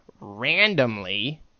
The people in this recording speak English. randomly